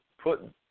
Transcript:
put